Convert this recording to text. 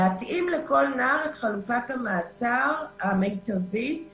להתאים לכל נער את חלופת המעצר המיטבית בשבילו.